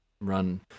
run